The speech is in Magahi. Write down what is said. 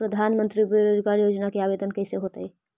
प्रधानमंत्री बेरोजगार योजना के आवेदन कैसे होतै?